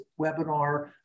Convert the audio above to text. webinar